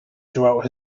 throughout